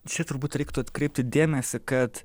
čia turbūt reiktų atkreipti dėmesį kad